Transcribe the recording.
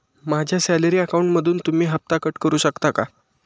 माझ्या सॅलरी अकाउंटमधून तुम्ही हफ्ता कट करू शकता का?